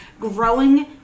growing